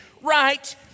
right